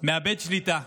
מאבד שליטה,